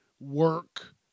work